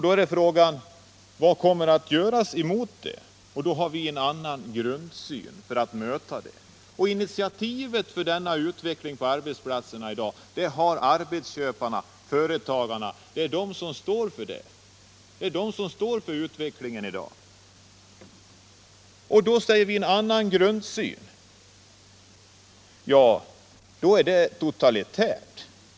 Då är frågan: Vad kommer att göras emot det? Vi har en annan grundsyn när det gäller vad som skall göras för att möta problemen. Initiativet till den här utvecklingen på arbetsplatserna kommer från arbetsköparna, företagarna. Det är de som står för utvecklingen i dag. Då säger vi att vi har en annan grundsyn — det betraktas då som totalitärt!